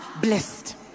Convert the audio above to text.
blessed